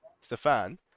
Stefan